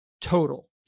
Total